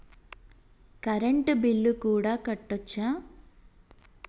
Current bill కూడా కట్టొచ్చా?